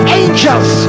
angels